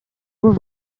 were